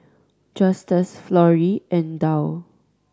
Justus Florrie and Dow